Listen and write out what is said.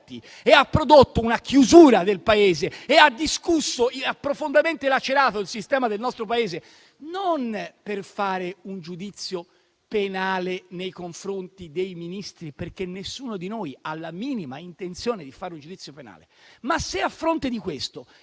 ha prodotto una chiusura del Paese e ha profondamente lacerato il sistema del nostro Paese - non per fare un giudizio penale nei confronti dei Ministri, perché nessuno di noi ha la minima intenzione di fare un giudizio penale - il Parlamento diserta